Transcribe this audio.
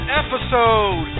episode